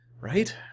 right